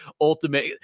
ultimate